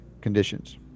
conditions